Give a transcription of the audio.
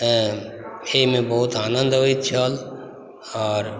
एहिमे बहुत आनन्द अबैत छल आओर